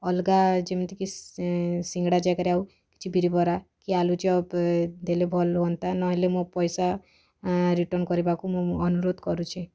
ଅଲଗା ଯେମିତିକି ସି ସିଙ୍ଗଡ଼ା ଜାଗାରେ ଆଉ କିଛି ବିରିବରା କି ଆଲୁଚପ୍ ଏ ଦେଲେ ଭଲ ହୁଅନ୍ତା ନହେଲେ ମୋ ପଇସା ଏଁ ରିଟର୍ଣ୍ଣ କରିବାକୁ ମୁଁ ଅନୁରୋଧ କରୁଛି